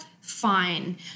fine